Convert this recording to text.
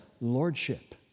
Lordship